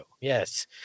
Yes